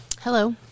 Hello